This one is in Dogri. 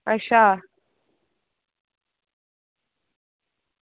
अच्छा